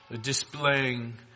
displaying